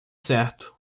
certo